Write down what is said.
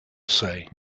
say